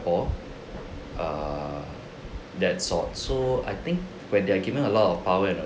err that's all so I think when they're given a lot of power and